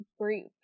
group